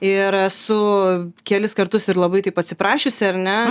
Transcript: ir esu kelis kartus ir labai taip atsiprašiusi ar ne